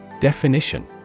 Definition